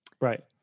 right